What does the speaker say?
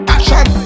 Action